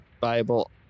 Bible